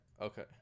Okay